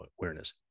awareness